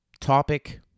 Topic